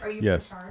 Yes